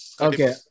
Okay